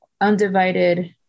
undivided